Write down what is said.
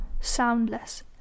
soundless